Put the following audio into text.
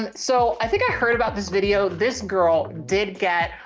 and so i think i heard about this video. this girl did get,